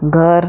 घर